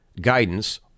guidance